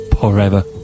forever